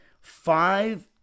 Five